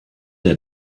der